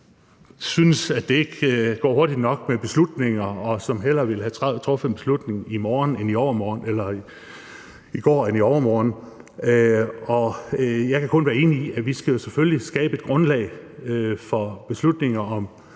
der synes, at det ikke går hurtigt nok med beslutningerne, og som hellere ville have truffet en beslutning i morgen end i overmorgen eller hellere i går end i dag, og jeg kan kun være enig i, at vi jo selvfølgelig skal skabe et grundlag for beslutninger om